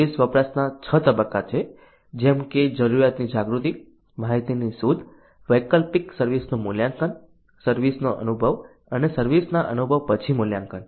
service વપરાશના 6 તબક્કા છે જેમ કે જરૂરિયાતની જાગૃતિ માહિતીની શોધ વૈકલ્પિક સર્વિસ નું મૂલ્યાંકન સર્વિસ નો અનુભવ અને સર્વિસ ના અનુભવ પછી મૂલ્યાંકન